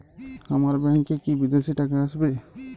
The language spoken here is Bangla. আমার ব্যংকে কি বিদেশি টাকা আসবে?